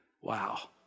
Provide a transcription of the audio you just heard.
wow